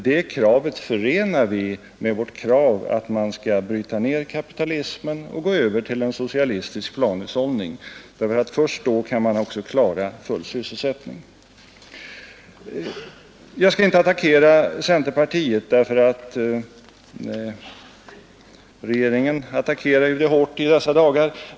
Det kravet förenar vi med vårt krav att man skall bryta ned kapitalismen och gå över till socialistisk planhushållning, för först då kan man klara full sysselsättning. Jag skall inte attackera centerpartiet därför att regeringen attackerar det hårt i dessa dagar.